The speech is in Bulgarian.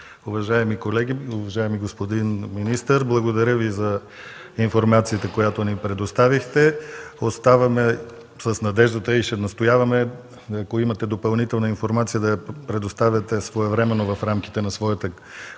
уважаеми колеги! Уважаеми господин министър, благодаря Ви за информацията, която ни предоставихте. Оставаме с надеждата и ще настояваме, ако имате допълнителна информация, да я предоставяте своевременно в рамките на своята